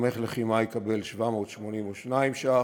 תומך לחימה יקבל 782 ש"ח,